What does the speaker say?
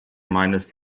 meines